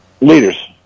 leaders